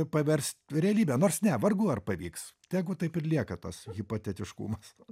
paverst realybe nors ne vargu ar pavyks tegu taip ir lieka tas hipotetiškumas